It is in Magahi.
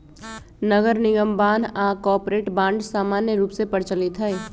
नगरनिगम बान्ह आऽ कॉरपोरेट बॉन्ड समान्य रूप से प्रचलित हइ